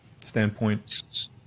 standpoint